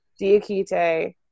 Diakite